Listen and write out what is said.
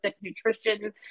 nutrition